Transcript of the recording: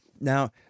now